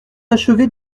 achever